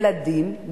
ילדים,